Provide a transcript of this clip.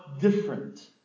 different